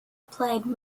played